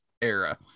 era